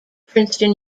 princeton